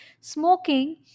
smoking